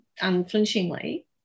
unflinchingly